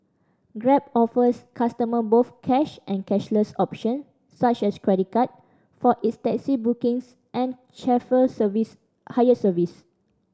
grab offers customer both cash and cashless option such as credit card for its taxi bookings and chauffeur service hire service